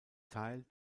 teil